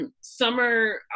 summer